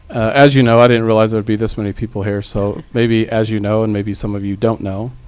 as you know, i didn't realize there'd be this many people here, so maybe as you know and maybe some of you don't know,